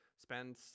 spend